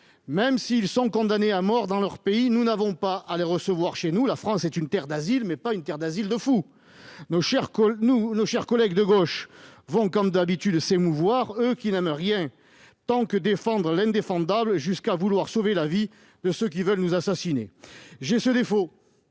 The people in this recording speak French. même s'ils sont condamnés à mort dans leur pays, nous n'avons pas à les recevoir chez nous. La France est une terre d'asile, mais pas une terre d'asile de fous ! Nos chers collègues de gauche vont comme d'habitude s'émouvoir, eux qui n'aiment rien tant que la défense de l'indéfendable, jusqu'à vouloir sauver la vie de ceux qui veulent nous assassiner. J'ai ce défaut-